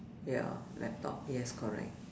ya laptop yes correct